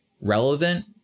relevant